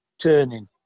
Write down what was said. turning